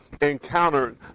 encountered